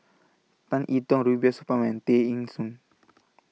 Tan Yi Tong Rubiah Supar and Tay Eng Soon